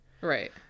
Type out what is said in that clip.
Right